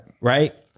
Right